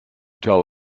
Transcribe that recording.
tell